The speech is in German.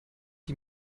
die